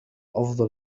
أفضل